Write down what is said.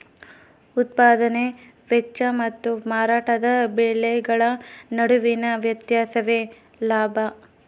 ಉತ್ಪದಾನೆ ವೆಚ್ಚ ಮತ್ತು ಮಾರಾಟದ ಬೆಲೆಗಳ ನಡುವಿನ ವ್ಯತ್ಯಾಸವೇ ಲಾಭ